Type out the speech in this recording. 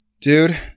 Dude